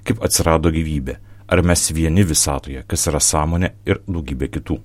kaip atsirado gyvybė ar mes vieni visatoje kas yra sąmonė ir daugybė kitų